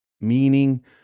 meaning